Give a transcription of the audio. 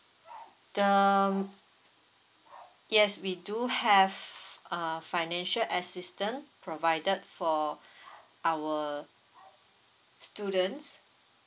yes we do have err financial assistance provided for our students